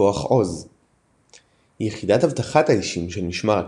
כוח עוז יחידת אבטחת האישים של משמר הכנסת.